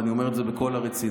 ואני אומר את זה בכל הרצינות: